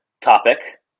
topic